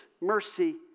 mercy